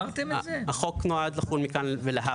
החוק נועד לחול מכאן ולהבא.